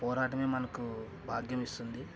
పోరాటమే మనకు భాగ్యం ఇస్తుంది